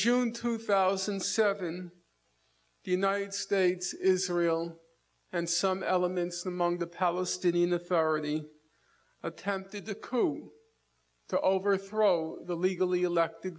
june two thousand and seven the united states israel and some elements among the palestinian authority attempted the coup to overthrow the legally elected